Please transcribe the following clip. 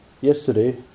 yesterday